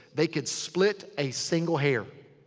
they could split a single hair